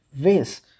ways